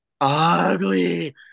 ugly